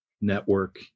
network